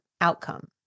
outcome